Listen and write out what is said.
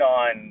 on